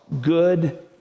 good